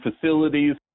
facilities